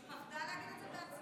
היא פחדה להגיד את זה בעצמה,